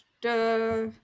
duh